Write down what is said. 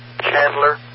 Chandler